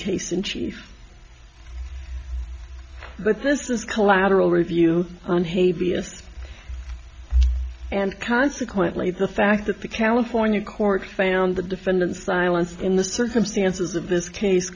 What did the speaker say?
case in chief but this is collateral review on hay vs and consequently the fact that the california court found the defendant's silence in the circumstances of this case